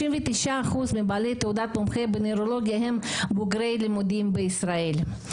39% מבעלי תעודת מומחה בנוירולוגיה הם בוגרי לימודים בישראל.